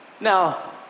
Now